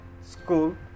school